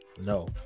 no